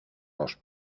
los